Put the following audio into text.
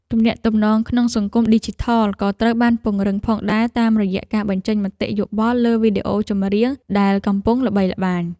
ទំនាក់ទំនងក្នុងសង្គមឌីជីថលក៏ត្រូវបានពង្រឹងផងដែរតាមរយៈការបញ្ចេញមតិយោបល់លើវីដេអូចម្រៀងដែលកំពុងល្បីល្បាញ។